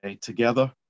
together